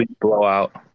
blowout